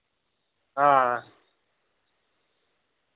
हां